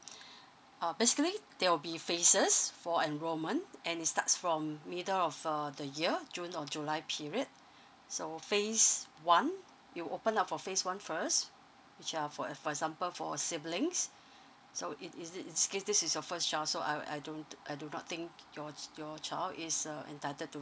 uh basically there will be phases for enrollment and it starts from middle of err the year june or july period so phase one it will open up for phase one first which uh for e~ for example for siblings so it is it in this case this is your first child so I I don't I do not think your c~ your child is err entitled to